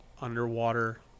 underwater